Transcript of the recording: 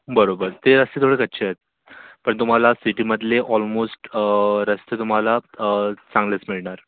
बरोबर ते रस्ते थोडे कच्चे आहेत पण तुम्हाला सिटीमधले ऑलमोस्ट रस्ते तुम्हाला चांगलेच मिळणार